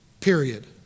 period